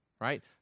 right